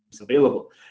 available